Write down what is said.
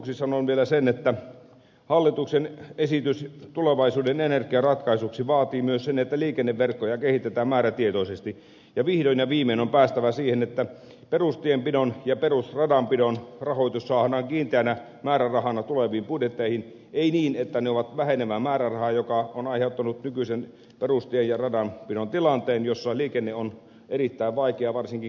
lopuksi sanon vielä sen että hallituksen esitys tulevaisuuden energiaratkaisuksi vaatii myös sen että liikenneverkkoja kehitetään määrätietoisesti ja vihdoin ja viimein on päästävä siihen että perustienpidon ja perusradanpidon rahoitus saadaan kiinteänä määrärahana tuleviin budjetteihin ei niin että ne ovat vähenevä määräraha mikä on aiheuttanut nykyisen perustienpidon ja radanpidon tilanteen jossa liikenne on erittäin vaikeaa varsinkin kelirikkoaikoina